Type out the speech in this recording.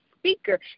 speaker